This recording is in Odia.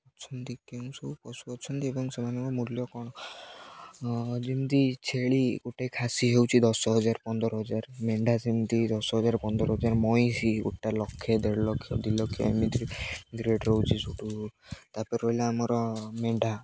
ଅଛନ୍ତି କେଉଁ ସବୁ ପଶୁ ଅଛନ୍ତି ଏବଂ ସେମାନଙ୍କର ମୂଲ୍ୟ କ'ଣ ଯେମିତି ଛେଳି ଗୋଟେ ଖାସି ହେଉଛି ଦଶ ହଜାର ପନ୍ଦର ହଜାର ମେଣ୍ଢା ସେମିତି ଦଶ ହଜାର ପନ୍ଦର ହଜାର ମଇଁଷି ଗୋଟା ଲକ୍ଷେ ଦେଢ଼ ଲକ୍ଷ ଦୁଇ ଲକ୍ଷ ଏମିତି ରେଟ୍ ରହୁଛି ସେଠୁ ତାପରେ ରହିଲା ଆମର ମେଣ୍ଢା